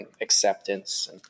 acceptance